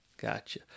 gotcha